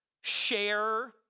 share